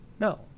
No